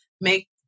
make